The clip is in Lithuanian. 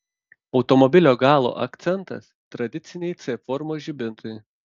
automobilio galo akcentas tradiciniai c formos žibintai